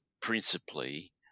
principally